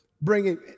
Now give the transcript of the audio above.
bringing